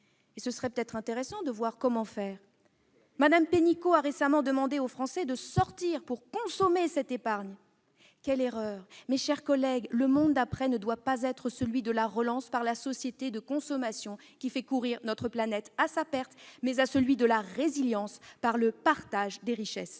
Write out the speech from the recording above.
Il serait peut-être intéressant de voir comment faire. Mme Pénicaud a récemment demandé aux Français de sortir pour consommer cette épargne. Quelle erreur ! Le monde d'après doit être non pas celui de la relance par la société de consommation, qui mène notre planète à sa perte, mais celui de la résilience par le partage des richesses.